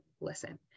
listen